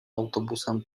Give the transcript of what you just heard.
autobusem